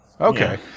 Okay